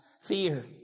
fear